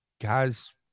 Guys